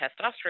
testosterone